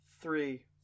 three